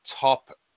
top